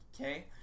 Okay